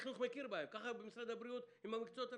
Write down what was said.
כך היה במשרד הבריאות עם המקצועות הרפואיים.